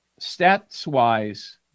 Stats-wise